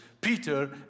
Peter